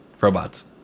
robots